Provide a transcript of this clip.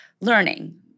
learning